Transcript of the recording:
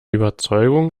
überzeugung